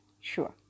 sure